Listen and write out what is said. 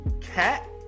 Cat